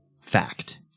Fact